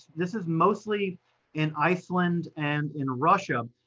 this is mostly in iceland and in russia.